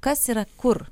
kas yra kur